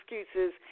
excuses